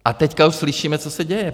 A teď už slyšíme, co se děje.